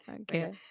Okay